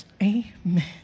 Amen